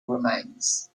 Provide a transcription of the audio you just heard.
remains